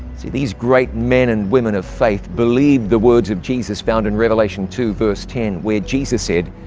see, these great men and women of faith believed the words of jesus found in revelation two, verse ten, where jesus said,